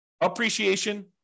appreciation